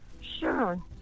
Sure